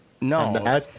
No